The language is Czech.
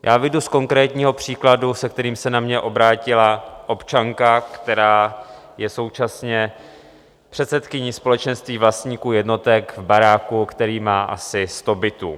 Já vyjdu z konkrétního příkladu, se kterým se na mě obrátila občanka, která je současně předsedkyní společenství vlastníků jednotek v baráku, který má asi sto bytů.